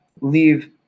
leave